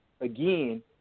again